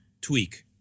tweak